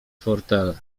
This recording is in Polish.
fortele